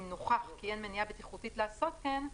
אם נוכח כי אין מניעה בטיחותית לעשות כן,